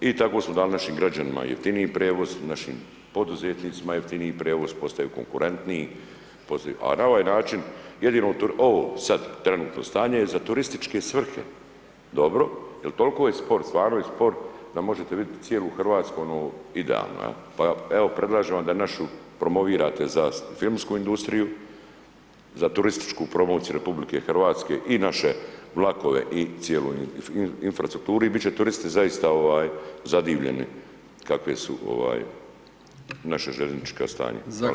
I tako smo dali našim građanima jeftiniji prijevoz, našim poduzetnicima jeftiniji prijevoz, postaju konkurentniji, a na ovaj način jednino ovo sad trenutno stanje je za turističke svrhe dobro jer toliko je spor, stvarno je spor da možete vidjeti cijelu Hrvatsku ono idealno, pa evo predlažem vam da našu promovirate za filmsku industriju, za turističku promociju RH i naše vlakove i cijelu infrastrukturu i bit će turisti zaista zadivljeni kakve su naša željeznička stanja.